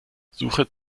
suche